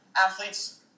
athletes